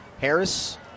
Harris